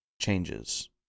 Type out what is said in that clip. Changes